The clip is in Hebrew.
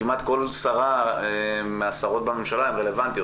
כמעט כל שרה מהשרות בממשלה הן רלוונטיות,